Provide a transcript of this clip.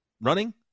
running